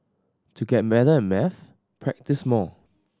to get better at maths practise more